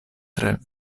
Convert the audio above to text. tre